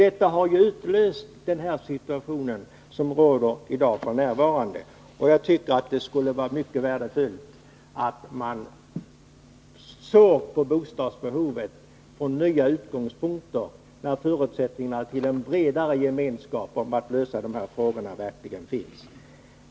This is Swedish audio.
Detta har ju utlöst den situation som råder f. n., och jag tycker att det skulle vara mycket värdefullt att man såg på bostadsbehovet från nya utgångspunkter, när förutsättningarna för en bredare gemenskap i fråga om att lösa de här frågorna verkligen finns.